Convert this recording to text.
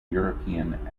european